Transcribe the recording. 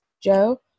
Joe